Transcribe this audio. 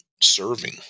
serving